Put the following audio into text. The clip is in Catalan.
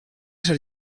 ser